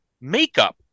makeup